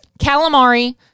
Calamari